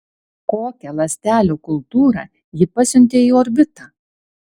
kokią ląstelių kultūrą ji pasiuntė į orbitą